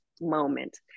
moment